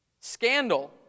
scandal